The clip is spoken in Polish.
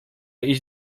iść